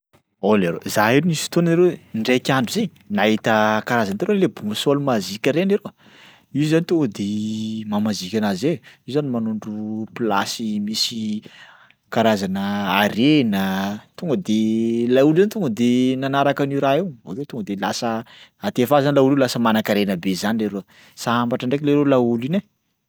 Oh leroa, za io misy fotona leroa e ndraiky andro zay nahita karazana hitanao le boussole magique reny leroa, io zany tonga de mahamazika anazy zay io zany manondro plasy misy karazana harena, tonga de laolo io zany tonga de nanaraka an'io raha io akeo tonga de lasa antefà zany laolo io lasa manan-karena be zany leroa, sambatra ndraiky leroa laolo iny e.